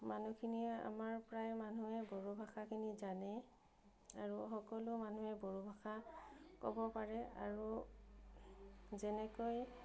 মানুহখিনিয়ে আমাৰ প্ৰায় মানুহেই বড়ো ভাষাখিনি জানেই আৰু সকলো মানুহে বড়ো ভাষা ক'ব পাৰে আৰু যেনেকৈ